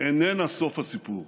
איננה סוף הסיפור,